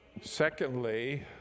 secondly